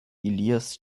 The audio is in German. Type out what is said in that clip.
ilias